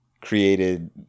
created